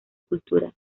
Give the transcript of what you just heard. cultura